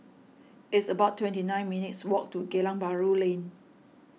it's about twenty nine minutes' walk to Geylang Bahru Lane